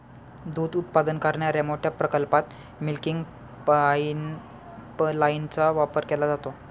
दूध उत्पादन करणाऱ्या मोठ्या प्रकल्पात मिल्किंग पाइपलाइनचा वापर केला जातो